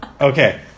Okay